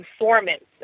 informants